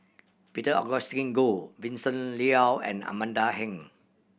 Peter Augustine Goh Vincent Leow and Amanda Heng